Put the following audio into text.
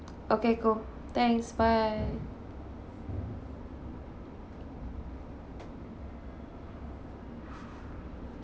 okay cool thanks bye